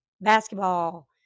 basketball